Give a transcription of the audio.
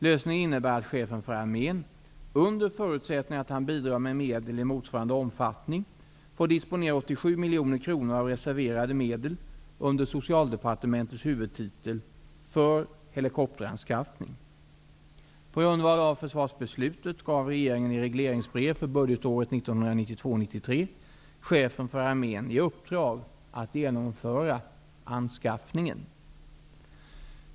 Lösningen innebär att Chefen för armén, under förutsättning att han bidrar med medel i motsvarande omfattning, får disponera 87 miljoner kronor av reserverade medel under Socialdepartementets huvuditel för helikopteranskaffning. På grundval av försvarsbeslutet gav regeringen i regleringsbrev för budgetåret 1992/93 Chefen för armén i uppdrag att genomföra anskaffningen.